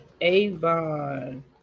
Avon